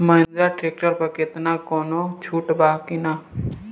Mahindra tractor पर केतना कौनो छूट बा कि ना?